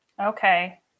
Okay